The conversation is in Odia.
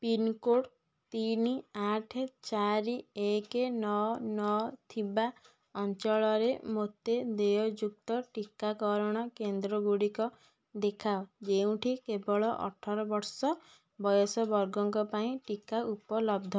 ପିନ୍କୋଡ଼୍ ତିନି ଆଠ ଚାରି ଏକ ନଅ ନଅ ଥିବା ଅଞ୍ଚଳରେ ମୋତେ ଦେୟଯୁକ୍ତ ଟୀକାକରଣ କେନ୍ଦ୍ର ଗୁଡ଼ିକ ଦେଖାଅ ଯେଉଁଠି କେବଳ ଅଠର ବର୍ଷ ବୟସ ବର୍ଗଙ୍କ ପାଇଁ ଟୀକା ଉପଲବ୍ଧ